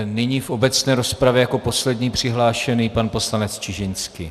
Nyní v obecné rozpravě jako poslední přihlášený pan poslanec Čižinský.